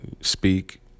speak